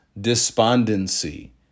despondency